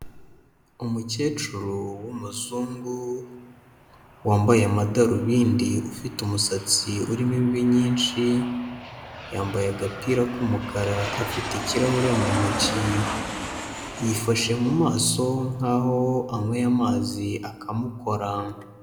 Umukecuru w'umuzungu wambaye amadarubindi, ufite umusatsi urimo imvi nyinshi, yambaye agapira k'umukara, afite ikirahure mu ntoki, yifashe mu maso nkaho anyweye amazi akamukora.